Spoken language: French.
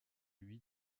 lui